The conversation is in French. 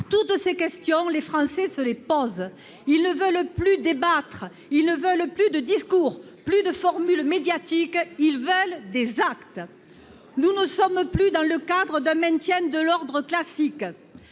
Toutes ces questions, les Français se les posent. Ils ne veulent plus débattre, ils ne veulent plus de discours, plus de formules médiatiques : ils veulent des actes ! Nous ne sommes plus dans le cadre d'un maintien de l'ordre classique.